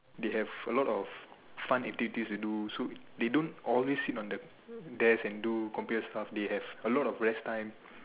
they have a lot of fun activities to do they don't always sit on the desk and do computer stuff they have a lot of rest time